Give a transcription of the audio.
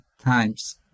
times